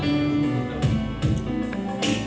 to be